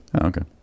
okay